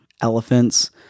elephants